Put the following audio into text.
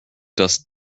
dass